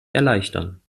erleichtern